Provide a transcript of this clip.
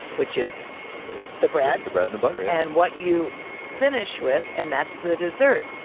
which is the bread the bread and but and what you finish with, and that's the dessert.